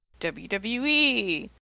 wwe